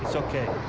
so okay?